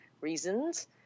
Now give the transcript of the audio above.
reasons